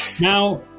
Now